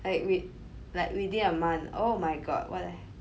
like wit~ like within a month oh my god what the